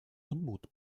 unmut